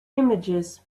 images